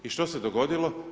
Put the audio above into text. I što se dogodilo?